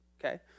okay